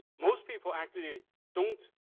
most people actually don't,